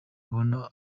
kubona